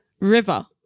river